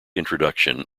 introduction